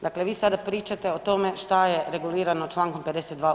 Dakle, vi sada pričate o tome šta je regulirano čl. 52.